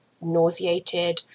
nauseated